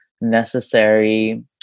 necessary